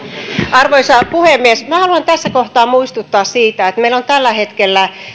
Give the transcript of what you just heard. arvoisa puhemies minä haluan tässä kohtaa muistuttaa siitä että meillä on tällä hetkellä